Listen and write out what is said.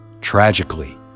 Tragically